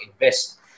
invest